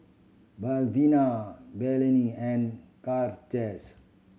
Malvina Blaine and